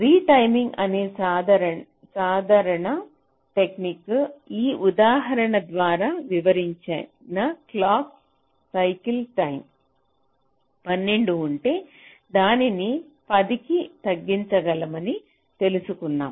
retiming అనే సాధారణ technique ఈ ఉదాహరణ ద్వారా వివరించిన క్లాక్ సైకిల్ టైం 12 ఉంటే దానిని 10 కు తగ్గించగల మని తెలుసుకున్నాం